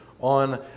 on